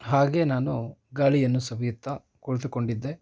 ಹಾಗೆ ನಾನು ಗಾಳಿಯನ್ನು ಸವಿಯುತ್ತಾ ಕುಳಿತುಕೊಂಡಿದ್ದೆ